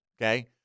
okay